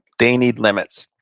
they need limits.